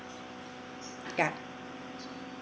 ya